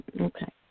Okay